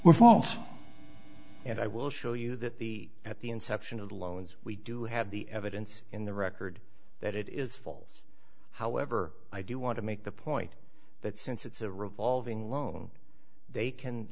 were false and i will show you that the at the inception of the loans we do have the evidence in the record that it is fals however i do want to make the point that since it's a revolving they can